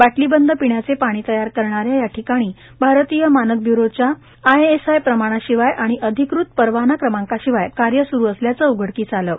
बाटलीबंद पिण्याचे पाणी तयार करणाऱ्या या ठिकाणी भारतीय मानक ब्य्रोच्या आय एस आय प्रमाणाशिवाय आणि अधिकृत परवाना क्रमांकाशिवाय कार्य स्रु असल्याचे उघडकीस आले आहे